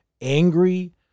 angry